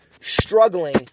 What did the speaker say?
struggling